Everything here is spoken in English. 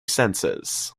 senses